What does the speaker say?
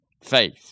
Faith